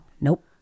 Nope